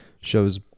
shows